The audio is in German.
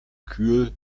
kühl